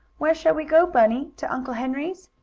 where shall we go, bunny to uncle henry's?